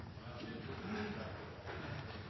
Takk